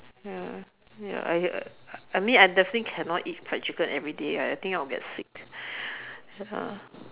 ya ya I I mean I definitely cannot eat fried chicken everyday I think I will get sick